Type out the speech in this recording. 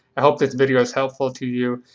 i hope this video is helpful to you.